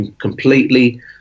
completely